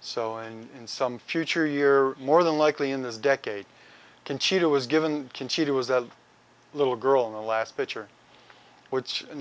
so in some future year more than likely in this decade conchita was given conchita was a little girl in the last picture which in